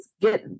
get